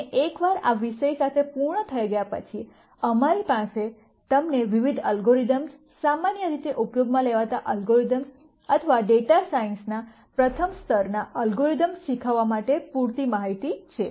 અને એકવાર આ વિષય સાથે પૂર્ણ થઈ ગયા પછી અમારી પાસે તમને વિવિધ એલ્ગોરિધમ્સ સામાન્ય રીતે ઉપયોગમાં લેવાતા એલ્ગોરિધમ્સ અથવા ડેટા સાયન્સના પ્રથમ સ્તરના એલ્ગોરિધમ્સ શીખવવા માટે પૂરતી માહિતી છે